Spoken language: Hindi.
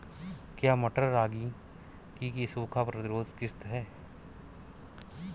क्या मटर रागी की सूखा प्रतिरोध किश्त है?